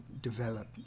develop